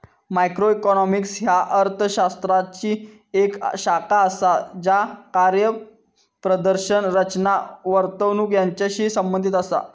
macroeconomics ह्या अर्थ शास्त्राची येक शाखा असा ज्या कार्यप्रदर्शन, रचना, वर्तणूक यांचाशी संबंधित असा